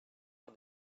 for